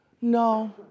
no